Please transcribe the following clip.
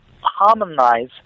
harmonize